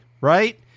right